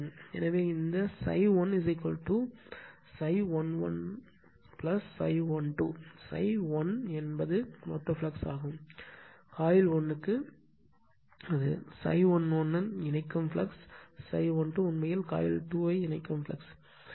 எனவே இந்த ∅1 ∅11 ∅12 ∅1 என்பது மொத்த ஃப்ளக்ஸ் ஆகும் காயில் 1 ∅11 இணைக்கும் ∅12 உண்மையில் காயில் 2 ஐ இணைக்கிறது